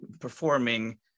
performing